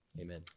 amen